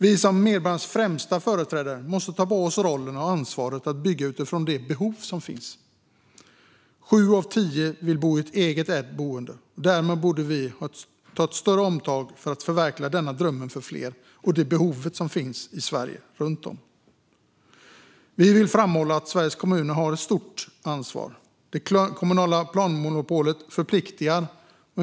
Vi som medborgarnas främsta företrädare måste ta på oss rollen och ansvaret att bygga utifrån det behov som finns. Sju av tio vill bo i eget ägt boende, och därmed borde vi ta ett större omtag för att förverkliga denna dröm för fler och det behov som finns runt om i Sverige. Vi vill framhålla att Sveriges kommuner har ett stort ansvar. Det kommunala planmonopolet förpliktar.